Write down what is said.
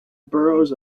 burrows